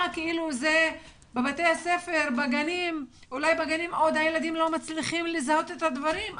אולי בגנים עוד הילדים לא מצליחים לזהות את הדברים,